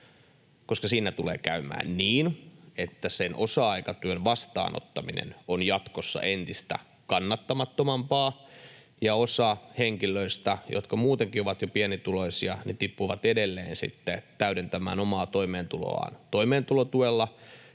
koska siinä tulee käymään niin, että sen osa-aikatyön vastaanottaminen on jatkossa entistä kannattamattomampaa ja osa henkilöistä, jotka muutenkin ovat jo pienituloisia, tippuu edelleen sitten täydentämään omaa toimeentuloaan toimeentulotuella,